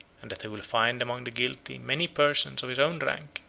and that he will find among the guilty many persons of his own rank,